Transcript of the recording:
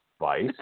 vice